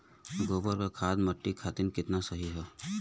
गोबर क खाद्य मट्टी खातिन कितना सही ह?